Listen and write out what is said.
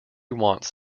wants